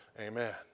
Amen